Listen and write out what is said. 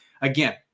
again